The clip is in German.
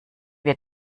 wir